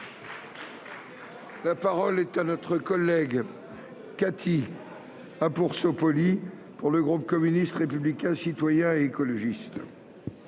La parole est à Mme Cathy Apourceau-Poly, pour le groupe communiste républicain citoyen et écologiste.